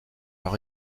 leur